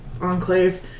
Enclave